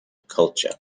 culture